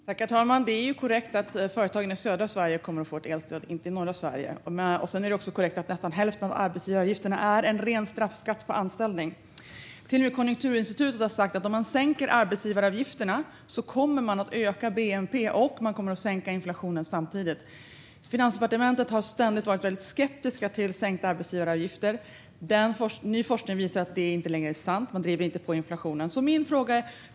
Herr talman! Det är korrekt att företagen i södra Sverige kommer att få elstöd - inte de i norra Sverige. Det är också korrekt att nästan hälften av arbetsgivaravgifterna är en ren straffskatt på anställning. Till och med Konjunkturinstitutet har sagt att om man sänker arbetsgivaravgifterna kommer man att öka bnp och samtidigt sänka inflationen. Finansdepartementet har ständigt varit väldigt skeptiskt till sänkta arbetsgivaravgifter, men ny forskning visar att det inte är sant att det driver på inflationen.